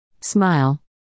Smile